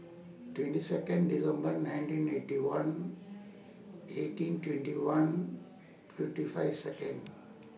twenty Second December nineteen Eighty One eighteen twenty one fifty five Second